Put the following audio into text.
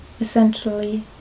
essentially